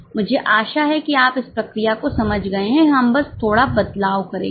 मुझे आशा है कि आप इस प्रक्रिया को समझ गए हैं हम बस थोड़ा बदलाव करेंगे